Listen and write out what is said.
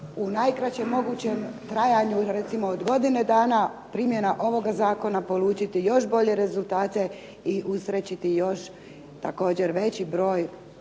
u najkraćem mogućem trajanju recimo od godine dana, primjena ovog zakona polučiti još bolje rezultate i usrećiti još također veći broj